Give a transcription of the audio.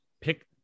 pick